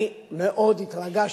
אני מאוד התרגשתי.